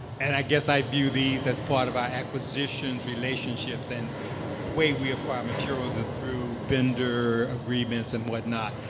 and i guess i view these as part of our acquisitions relationships. and the way we acquire materials is through vendor agreements and what not.